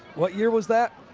what year was that?